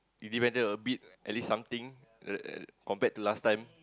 you did better a bit at least something like like compared to last time